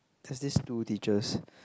there's these two teachers